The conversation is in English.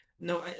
no